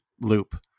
loop